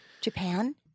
Japan